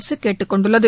அரசு கேட்டுக் கொண்டுள்ளது